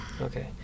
Okay